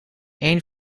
één